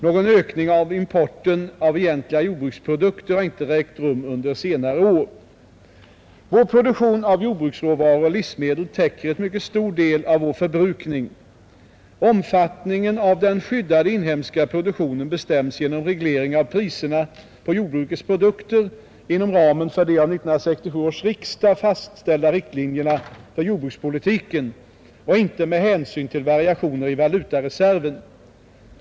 Någon ökning av importen av egentliga jordbruksprodukter har inte ägt rum under senare år. Vår produktion av jordbruksråvaror och livsmedel täcker en mycket stor del av vår förbrukning. Omfattningen av den skyddade inhemska produktionen bestäms genom reglering av priserna på jordbrukets produkter inom ramen för de av 1967 års riksdag fastställda riktlinjerna för jordbrukspolitiken och inte med hänsyn till variationer i valutareserven.